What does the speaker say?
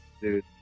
dude